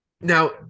now